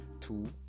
two